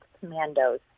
commandos